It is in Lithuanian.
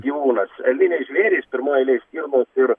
gyvūnas elniniai žvėrys pirmoj eilėj stirnos ir